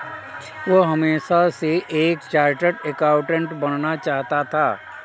वह हमेशा से एक चार्टर्ड एकाउंटेंट बनना चाहता था